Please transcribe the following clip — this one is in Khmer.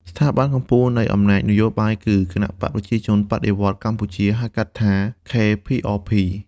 ស្ថាប័នកំពូលនៃអំណាចនយោបាយគឺ "គណបក្សប្រជាជនបដិវត្តន៍កម្ពុជា" (ហៅកាត់ថា KPRP)។